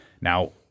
Now